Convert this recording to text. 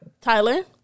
Tyler